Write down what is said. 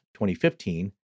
2015